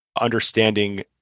understanding